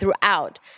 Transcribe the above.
throughout